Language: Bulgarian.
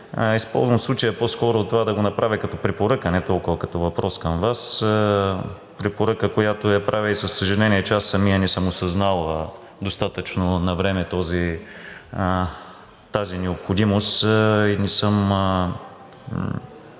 Използвам случая по-скоро това да го направя като препоръка, а не толкова като въпрос към Вас. Препоръка, която я правя и със съжаление, че аз самият не съм осъзнал достатъчно навреме тази необходимост и не съм